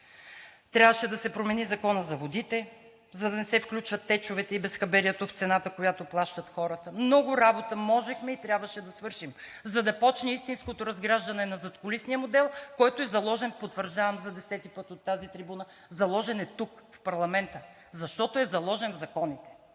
Трябваше да се промени Законът за водите, за да не се включват течовете и безхаберието в цената, която плащат хората. Много работа можехме и трябваше да свършим, за да почне истинското разграждане на задкулисния модел, който е заложен, потвърждавам за 10 пъти, от тази трибуна – заложен е тук в парламента, защото е заложен в законите.